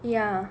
ya